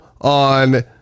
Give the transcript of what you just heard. on